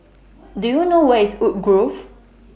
Do YOU know Where IS Woodgrove